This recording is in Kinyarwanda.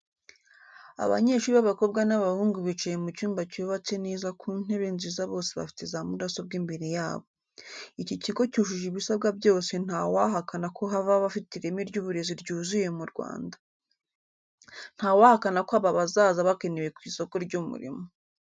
Abanyeshuri b'abakobwa n'abahungu bicaye mu cyumba cyubatse neza ku ntebe nziza bose bafite za mudasobwa imbere yabo. Iki kigo cyujuje ibisabwa byose ntawahakana ko hava abafite ireme ry'uburezi ryuzuye mu Rwanda. Ntawahakana ko aba bazaza bakenewe ku isoko ry'umurimo.